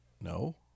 No